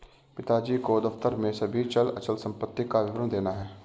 पिताजी को दफ्तर में सभी चल अचल संपत्ति का विवरण देना है